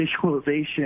visualization